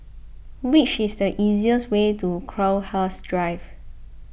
which is the easiest way to Crowhurst Drive